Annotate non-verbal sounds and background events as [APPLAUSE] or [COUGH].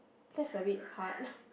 that's a bit hard [LAUGHS]